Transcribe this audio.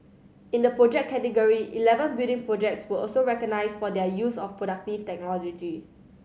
in the Project category eleven building projects were also recognised for their use of productive technology